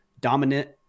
dominant